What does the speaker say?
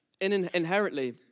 inherently